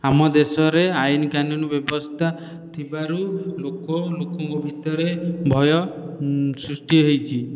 ଆମ ଦେଶରେ ଆଇନ କାନୁନ ବ୍ୟବସ୍ଥା ଥିବାରୁ ଲୋକ ଲୋକଙ୍କ ଭିତରେ ଭୟ ସୃଷ୍ଟି ହୋଇଛି